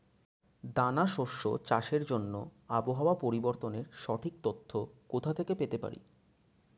দানা শস্য চাষের জন্য আবহাওয়া পরিবর্তনের সঠিক তথ্য কোথা থেকে পেতে পারি?